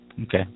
Okay